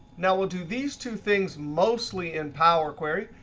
now, we'll do these two things mostly in power query.